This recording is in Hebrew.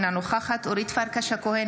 אינה נוכחת אורית פרקש הכהן,